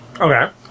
Okay